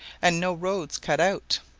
and no roads cut out.